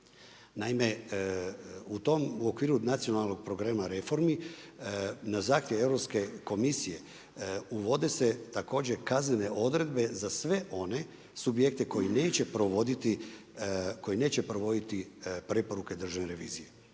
tom, u okviru nacionalnog programa reformi, na zahtjev Europske komisije vode se također kaznene odredbe za sve one subjekte koji neće provoditi preporuke Držane revizije,